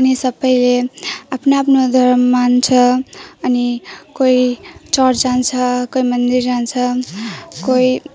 अनि सबैले आफ्नो आफ्नो धर्म मान्छ अनि कोही चर्च जान्छ कोही मन्दिर जान्छ कोही